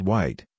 White